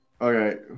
okay